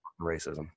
racism